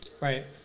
Right